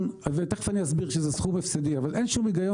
ותכף אני אסביר אבל אין שום היגיון